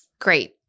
Great